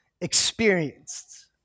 experienced